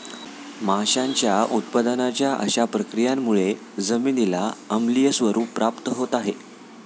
माशांच्या उत्पादनाच्या अशा प्रक्रियांमुळे जमिनीला आम्लीय स्वरूप प्राप्त होत आहे